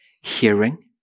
hearing